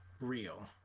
real